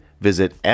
visit